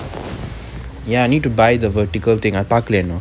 ya need to buy the vertical thing ah பாக்கலையா இன்னும்:pakkalaya innum